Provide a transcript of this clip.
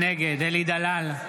נגד אלי דלל,